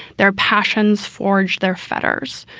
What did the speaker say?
their passions forged their fetters.